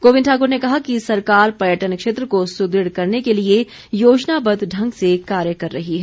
गोविंद ठाकुर ने कहा कि सरकार पर्यटन क्षेत्र को सुदृढ़ करने के लिए योजनाबद्व ढंग से कार्य कर रही है